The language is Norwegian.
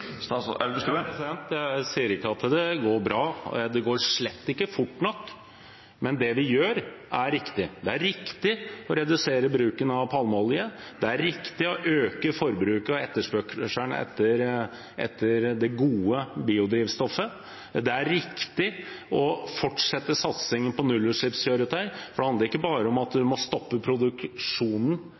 Jeg sier ikke at det går bra, og det går slett ikke fort nok, men det vi gjør, er riktig. Det er riktig å redusere bruken av palmeolje, det er riktig å øke forbruket av og etterspørselen etter det gode biodrivstoffet, det er riktig å fortsette satsingen på nullutslippskjøretøy. For det handler ikke bare om at vi må stoppe produksjonen,